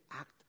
act